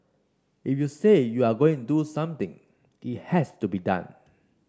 if you say you are going do something it has to be done